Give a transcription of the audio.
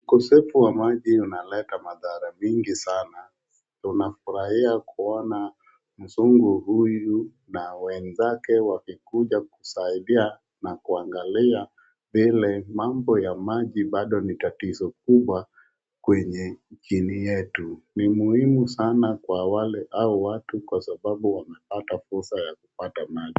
Ukosefu wa maji unaleta madhara mingi sana tunafurahia kuona mzungu huyu na wenzake wakikuja kusaidia na kuangalia vile mambo ya maji ni tatizo kubwa kwenye nchini yetu. Ni muhimu sana kwa wale hao watu kwa sababu wamepata pesa ya kupata maji.